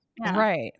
right